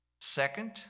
Second